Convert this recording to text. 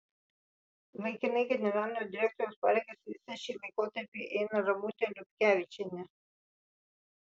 laikinai generalinio direktoriaus pareigas visą šį laikotarpį eina ramutė liupkevičienė